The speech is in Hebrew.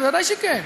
בוודאי שכן: